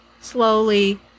slowly